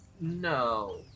No